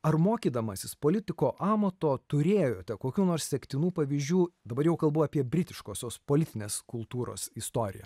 ar mokydamasis politiko amato turėjote kokių nors sektinų pavyzdžių dabar jau kalbu apie britiškosios politinės kultūros istoriją